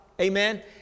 Amen